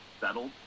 settled